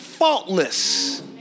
Faultless